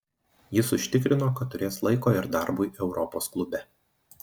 jis užtikrino kad turės laiko ir darbui europos klube